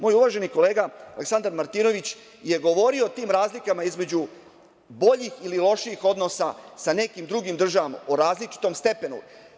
Moj uvaženi kolega, Aleksandar Martinović, je govorio o tim razlikama između boljih ili lošijih odnosa sa nekim drugim državama o različitom stepenu.